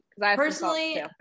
personally